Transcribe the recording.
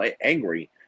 angry